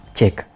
Check